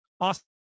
Awesome